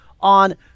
on